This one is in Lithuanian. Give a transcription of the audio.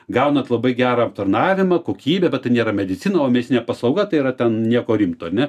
gaunat labai gerą aptarnavimą kokybę bet tai nėra medicina o medicininė paslauga tai yra ten nieko rimto ne